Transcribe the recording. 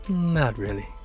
not really.